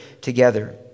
together